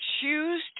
choose